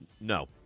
No